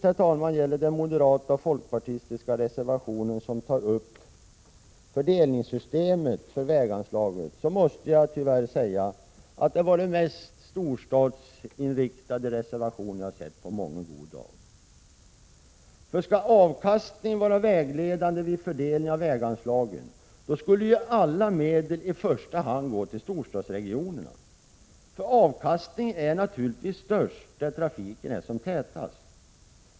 När det så gäller den moderata och folkpartistiska reservationen, som tar upp fördelningssystemet för väganslagen, måste jag tyvärr säga att det är den mest storstadsinriktade reservation jag har sett på mången god dag. Skulle avkastningen vara vägledande vid fördelning av väganslagen, då — Prot. 1986/87:122 skulle ju alla medel i första hand gå till storstadsregionerna, för avkastningen — 13 maj 1987 är naturligtvis som störst där trafiken är som tätast.